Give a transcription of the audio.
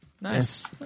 Nice